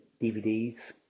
DVDs